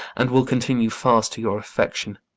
and will continue fast to your affection,